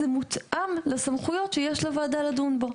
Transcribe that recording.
זה מותאמים לסמכויות שיש לוועדה לדון בו.